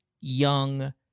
young